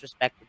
disrespected